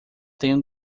tenho